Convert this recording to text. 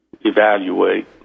evaluate